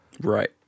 Right